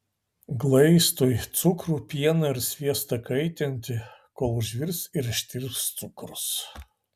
glaistui cukrų pieną ir sviestą kaitinti kol užvirs ir ištirps cukrus